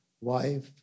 wife